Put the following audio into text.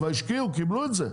אבל השקיעו וקיבלו את זה.